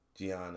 Gianna